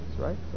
right